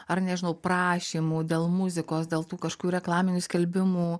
ar nežinau prašymų dėl muzikos dėl tų kažkokių reklaminių skelbimų